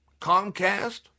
Comcast